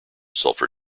sulfur